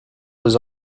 was